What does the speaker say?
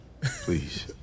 Please